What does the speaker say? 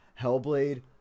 Hellblade